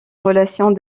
relations